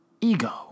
ego